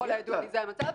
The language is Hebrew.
ככול הידוע לי, זה המצב.